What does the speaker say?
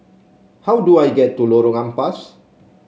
how do I get to Lorong Ampas